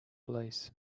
police